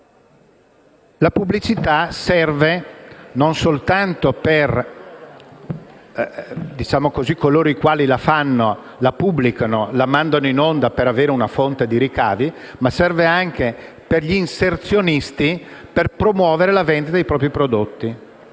La pubblicità serve non soltanto a coloro i quali la realizzano, la pubblicano e la mandano in onda per avere una fonte di ricavi, ma anche agli inserzionisti per promuovere la vendita dei propri prodotti.